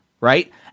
right